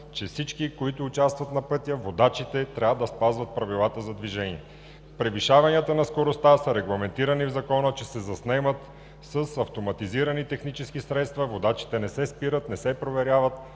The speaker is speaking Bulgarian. че всички, които участват на пътя – водачите, трябва да спазват правилата за движение. Превишаванията на скоростта са регламентирани в закона, че се заснемат с автоматизирани технически средства, водачите не се спират, не се проверяват